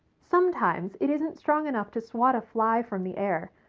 sometimes it isn't strong enough to swat a fly from the air.